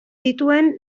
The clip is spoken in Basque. dituen